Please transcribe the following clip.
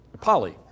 Polly